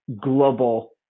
global